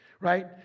Right